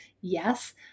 Yes